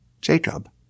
Jacob